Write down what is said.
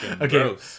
Okay